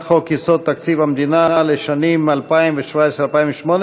חוק-יסוד: תקציב המדינה לשנים 2017 ו-2018